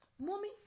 Mommy